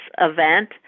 event